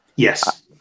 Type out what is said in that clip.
Yes